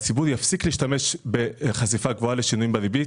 הציבור יפסיק להשתמש בחשיפה גבוהה לשינויים בריבית,